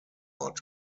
award